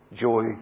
joy